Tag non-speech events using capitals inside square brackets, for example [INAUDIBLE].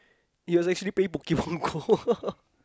he was actually playing Pokemon Go [LAUGHS]